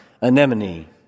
anemone